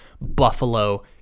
Buffalo